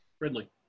Ridley